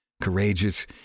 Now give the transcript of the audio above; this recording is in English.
courageous